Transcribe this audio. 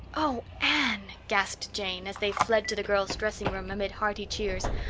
oh, anne, gasped jane, as they fled to the girls' dressing room amid hearty cheers.